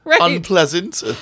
unpleasant